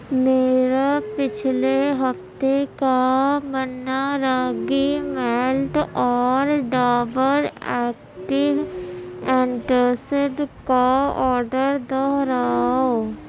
میرا پچھلے ہفتے کا منا راگی مالٹ اور ڈابر ایکٹیو اینٹاسڈ کا آڈر دہراؤ